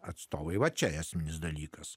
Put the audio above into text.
atstovai va čia esminis dalykas